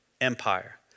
Empire